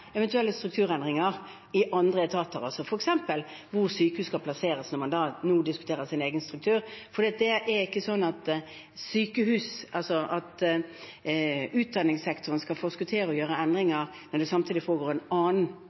eventuelle strukturendringer i andre etater, f.eks. hvor sykehus skal plasseres, når man nå diskuterer sin egen struktur. Det er ikke slik at utdanningssektoren skal forskuttere og gjøre endringer, når det samtidig foregår en annen